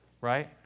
right